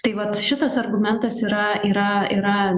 tai vat šitas argumentas yra yra yra